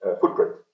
footprint